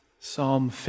Psalm